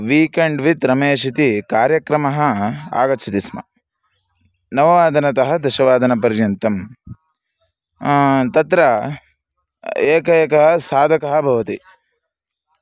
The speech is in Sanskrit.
वीकेण्ड् वित् रमेश् इति कार्यक्रमः आगच्छति स्म नववादनतः दशवादनपर्यन्तं तत्र एकः एकः साधकः भवति